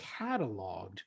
cataloged